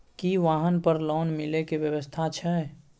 की वाहन पर लोन मिले के व्यवस्था छै?